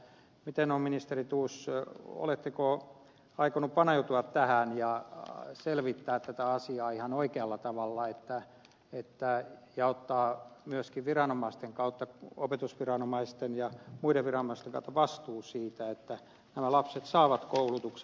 mutta miten on ministeri thors oletteko aikonut paneutua tähän ja selvittää tätä asiaa ihan oikealla tavalla ja ottaa myöskin opetusviranomaisten ja muiden viranomaisten kautta vastuun siitä että nämä lapset saavat koulutuksen